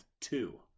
two